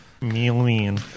Million